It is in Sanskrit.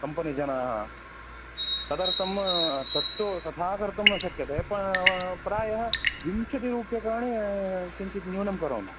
कम्पनि जनाः तदर्थं तत्तु तथा कर्तुं न शक्यते प्रा आ प्रायः विंशति रूप्यकाणि किञ्चित् न्यूनं करोमि